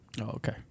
Okay